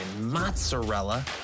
mozzarella